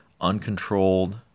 uncontrolled